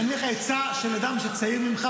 אנשים יצאו לעבוד.